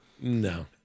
No